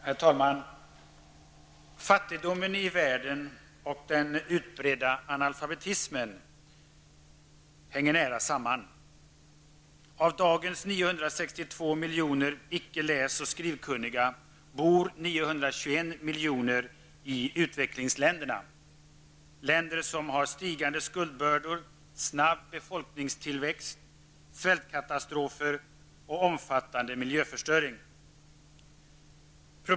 Herr talman! Fattigdomen i världen och den utbredda analfabetismen hänger nära samman. Av dagens 962 miljoner icke läs och skrivkunniga bor 921 miljoner i utvecklingsländerna -- länder som har stigande skuldbördor, snabb befolkningstillväxt, svältkatastrofer och omfattande miljöförstöring.